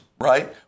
right